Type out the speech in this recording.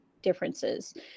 differences